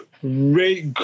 great